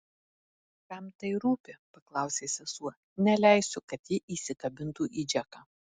kam tai rūpi paklausė sesuo neleisiu kad ji įsikabintų į džeką